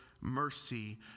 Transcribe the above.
mercy